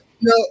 No